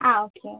ആ ഓക്കെ